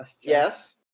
Yes